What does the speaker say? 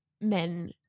men